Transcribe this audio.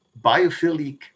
biophilic